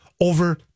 over